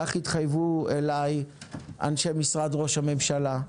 כך התחייבו אלי אנשי משרד ראש הממשלה.